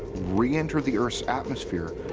re-enter the earth's atmosphere,